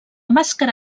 màscara